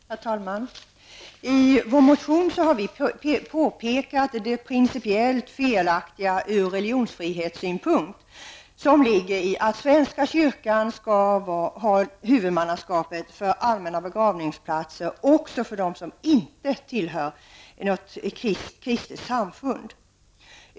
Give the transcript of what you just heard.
Herr talman! I vår motion har vi påpekat att det är principiellt felaktigt ur religionsfrihetssynpunkt att svenska kyrkan skall ha huvudmannaskapet för allmänna begravningsplatser också för dem som inte tillhör något kristet samfund.